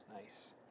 Nice